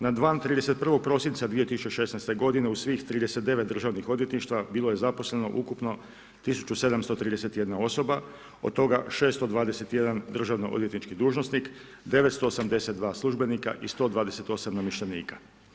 Na dan 31. prosinca 2016. godine u svih 39 državnih odvjetništava, bilo je zaposleno ukupno 1 731 osoba, od toga 621 državnoodvjetnički dužnosnik, 982 službenika i 128 namještenika.